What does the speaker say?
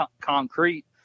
concrete